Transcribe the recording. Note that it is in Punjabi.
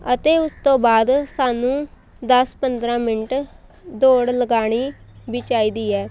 ਅਤੇ ਉਸ ਤੋਂ ਬਾਅਦ ਸਾਨੂੰ ਦਸ ਪੰਦਰਾਂ ਮਿੰਟ ਦੌੜ ਲਗਾਣੀ ਵੀ ਚਾਹੀਦੀ ਹੈ